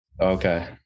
Okay